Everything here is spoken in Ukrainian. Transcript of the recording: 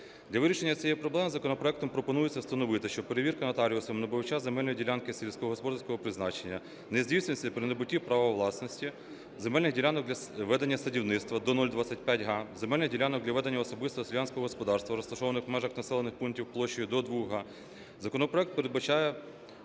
Для вирішення цієї проблеми законопроектом пропонується встановити, що перевірка нотаріусом набувача земельної ділянки сільськогосподарського призначення не здійснюється при набутті права власності земельних ділянок для ведення садівництва до 0,25 га, земельних ділянок для ведення особисто селянського господарства, розташованих в межах населених пунктів площею до 2 га.